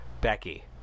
Becky